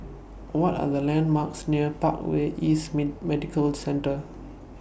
What Are The landmarks near Parkway East Medical Centre